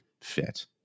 fit